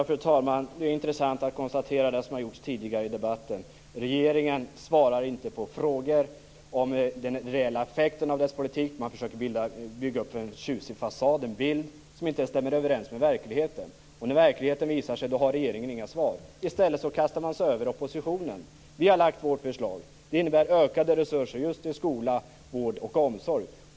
Fru talman! Det är intressant att konstatera, som tidigare har gjorts i debatten, att regeringen inte svarar på frågor om den reella effekten av dess politik. Man försöker att bygga upp en tjusig fasad, en bild som inte stämmer överens med verkligheten. När verkligheten visar sig har regeringen inga svar. I stället kastar man sig över oppositionen. Vi har lagt fram vårt förslag. Det innebär ökade resurser just till skola, vård och omsorg.